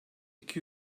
iki